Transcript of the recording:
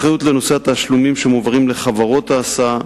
אחריות לנושא התשלומים שמועברים לחברות ההסעה,